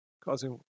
causing